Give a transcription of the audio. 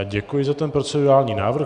Děkuji za tento procedurální návrh.